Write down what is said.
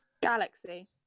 Galaxy